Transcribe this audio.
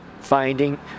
finding